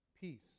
peace